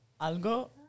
algo